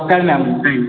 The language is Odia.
ଦରକାର ମ୍ୟାମ୍